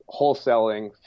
wholesaling